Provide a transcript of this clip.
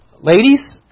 Ladies